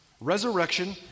resurrection